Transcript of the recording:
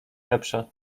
lepsza